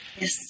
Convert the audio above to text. yes